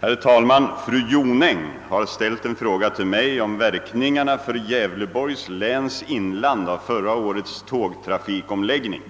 Herr talman! Fru Jonäng har ställt en fråga till mig om verkningarna för Gävleborgs läns inland av förra årets tågtrafikomläggning.